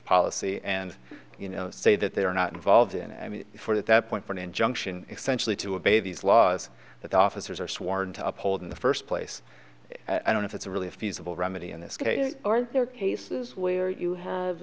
policy and you know say that they are not involved in it i mean for that point for an injunction extension lead to a baby's laws that officers are sworn to uphold in the first place i don't know if it's a really feasible remedy in this case are there cases where you have